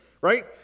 right